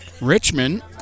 Richmond